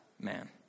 man